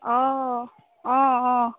অ অ অ